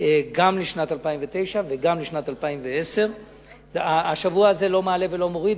גם לשנת 2009 וגם לשנת 2010. השבוע הזה לא מעלה ולא מוריד,